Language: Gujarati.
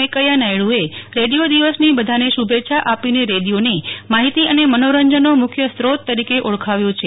વેકૈયા નાયડુએ રેડીયો દિવસની બધાને શુભેચ્છા આપીને રેડિયોને માહિતી અનેમનોરંજનનો મુખ્ય સ્ત્રોત તરીકે ઓળખાવ્યો છે